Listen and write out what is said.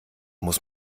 muss